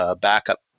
backup